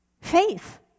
Faith